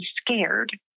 scared